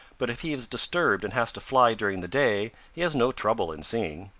but if he is disturbed and has to fly during the day, he has no trouble in seeing.